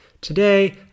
Today